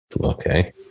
okay